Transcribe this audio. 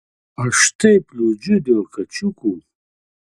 aš taip liūdžiu dėl kačiukų